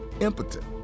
impotent